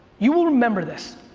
you will remember this.